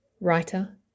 writer